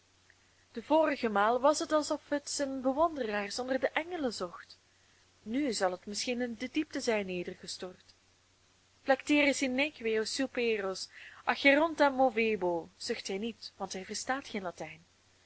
de vorige maal was het alsof het zijne bewonderaars onder de engelen zocht nu zal het misschien in de diepte zijn nedergestort flectere si nequeo superos acheronta movebo zucht hij niet want hij verstaat geen latijn